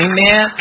Amen